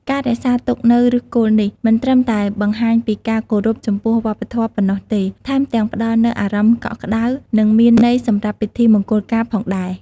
ការរក្សាទុកនូវឫសគល់នេះ មិនត្រឹមតែបង្ហាញពីការគោរពចំពោះវប្បធម៌ប៉ុណ្ណោះទេ ថែមទាំងផ្តល់នូវអារម្មណ៍កក់ក្តៅ និងមានន័យសម្រាប់ពិធីមង្គលការផងដែរ។